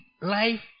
life